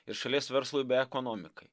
ir šalies verslui bei ekonomikai